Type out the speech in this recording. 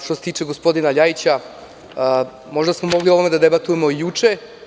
Što se tiče gospodina Ljajića, možda smo mogli o ovome da pričamo juče.